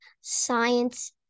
science